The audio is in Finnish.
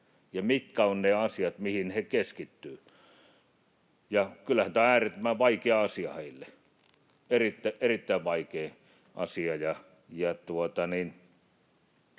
ja mitkä ovat ne asiat, mihin he keskittyvät. Kyllähän tämä on äärettömän vaikea asia heille, erittäin vaikea asia.